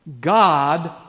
God